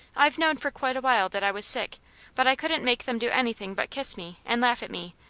i've known for quite a while that i was sick but i couldn't make them do anything but kiss me, and laugh at me,